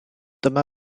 dyma